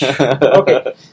Okay